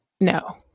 no